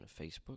Facebook